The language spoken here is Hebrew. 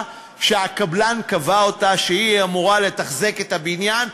שהקבלן קבע שהיא אמורה לתחזק את הבניין.